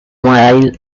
while